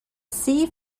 sea